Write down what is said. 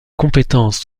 compétences